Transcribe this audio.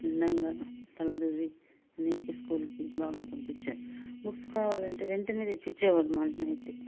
అందంగా తల దువ్వి అన్నిటికి స్కూల్కి బాగా పంపించారు బుక్స్ కావాలంటే వెంటనే తెచ్చిచ్చేవాళ్ళు మా అన్న అయితే